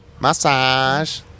Massage